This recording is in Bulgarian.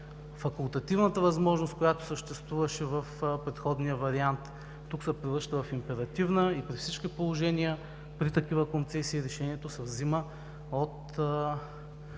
Факултативната възможност, която съществуваше в предходния вариант, тук се превръща в императивна и при всички положение при такива концесии решението се взима от